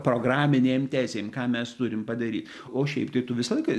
programinėm tezėm ką mes turim padaryt o šiaip tai tu visą laiką